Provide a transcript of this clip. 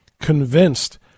convinced